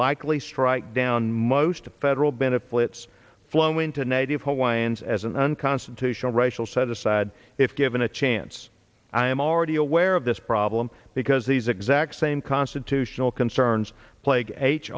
likely strike down most of federal benefits flowing to native hawaiians as an unconstitutional racial set aside if given a chance i am already aware of this problem because these exact same constitutional concerns